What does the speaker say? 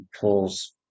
pulls